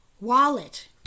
Wallet